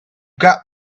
got